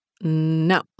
No